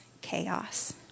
chaos